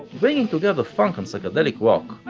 bringing together funk and psychedelic rock,